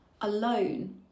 alone